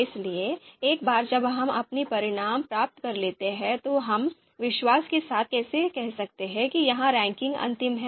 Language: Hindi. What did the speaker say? इसलिए एक बार जब हम अपना परिणाम प्राप्त कर लेते हैं तो हम विश्वास के साथ कैसे कह सकते हैं कि यह रैंकिंग अंतिम है